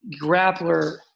grappler